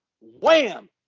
wham